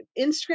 Instagram